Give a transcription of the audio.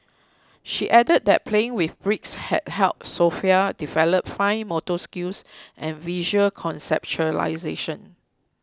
she added that playing with bricks had helped Sofia develop fine motor skills and visual conceptualisation